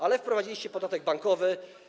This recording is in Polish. Ale wprowadziliście i podatek bankowy.